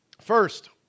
First